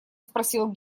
спросил